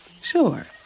Sure